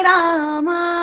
Rama